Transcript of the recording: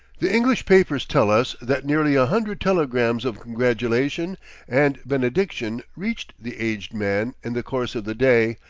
the english papers tell us that nearly a hundred telegrams of congratulation and benediction reached the aged man in the course of the day,